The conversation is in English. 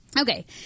Okay